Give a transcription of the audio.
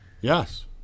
yes